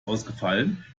ausfallen